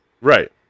Right